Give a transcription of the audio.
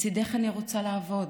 לצידך אני רוצה לעבוד,